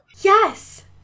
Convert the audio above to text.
Yes